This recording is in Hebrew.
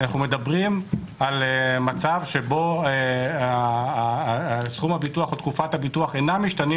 אנחנו מדברים על מצב שבו סכום הביטוח או תקופת הביטוח אינם משתנים,